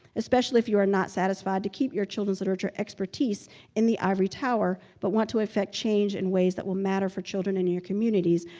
especially if you are not satisfied to keep your children's literature expertise in the ivory tower, but want to affect change in ways that will matter for children in your communities,